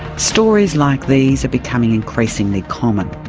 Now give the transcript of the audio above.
stories like these are becoming increasingly common.